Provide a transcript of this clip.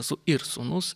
esu ir sūnus